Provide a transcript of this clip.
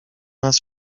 nas